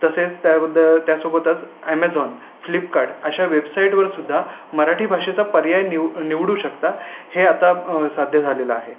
तसेच ताबद्दल त्यासोबतच अमेझॉन फ्लिपकार्ट अशा वेबसाईटवर सुद्धा मराठी भाषेचा पर्याय निव निवडू शकता हे आता साध्य झालेलं आहे